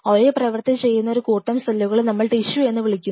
ഒരേ പ്രവൃത്തി ചെയ്യുന്ന ഒരു കൂട്ടം സെല്ലുകളെ നമ്മൾ ടിഷ്യു എന്നു വിളിക്കുന്നു